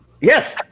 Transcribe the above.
Yes